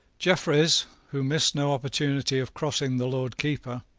jeffreys, who missed no opportunity of crossing the lord keeper,